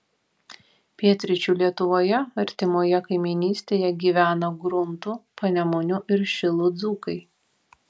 pietryčių lietuvoje artimoje kaimynystėje gyvena gruntų panemunių ir šilų dzūkai